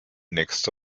nächste